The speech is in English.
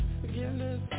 forgiveness